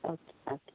okay okay